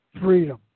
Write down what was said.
freedom